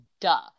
duh